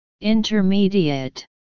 Intermediate